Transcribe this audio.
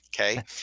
Okay